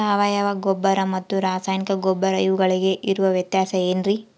ಸಾವಯವ ಗೊಬ್ಬರ ಮತ್ತು ರಾಸಾಯನಿಕ ಗೊಬ್ಬರ ಇವುಗಳಿಗೆ ಇರುವ ವ್ಯತ್ಯಾಸ ಏನ್ರಿ?